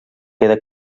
queda